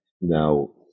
now